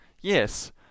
Yes